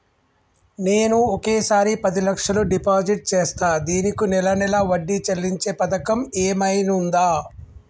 నేను ఒకేసారి పది లక్షలు డిపాజిట్ చేస్తా దీనికి నెల నెల వడ్డీ చెల్లించే పథకం ఏమైనుందా?